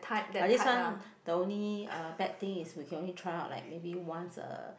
but this one the only uh bad thing is we can only try out like maybe once a